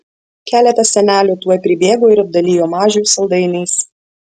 keletas senelių tuoj pribėgo ir apdalijo mažių saldainiais